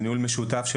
הניהול הוא משותף,